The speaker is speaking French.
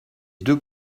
deux